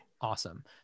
Awesome